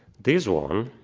this one,